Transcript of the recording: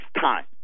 time